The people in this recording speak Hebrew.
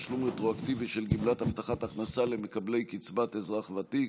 תשלום רטרואקטיבי של גמלת הבטחת הכנסה למקבלי קצבת אזרח ותיק),